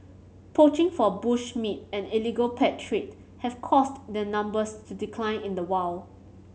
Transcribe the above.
poaching for bush meat and illegal pet trade have caused their numbers to decline in the wild